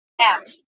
Apps